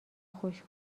خوش